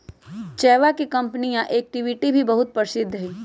चयवा के कंपनीया एक्टिविटी भी बहुत प्रसिद्ध हई